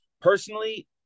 Personally